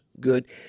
good